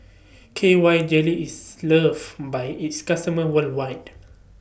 K Y Jelly IS loved By its customers worldwide